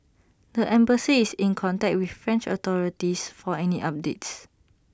the embassy is in contact with French authorities for any updates